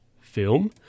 film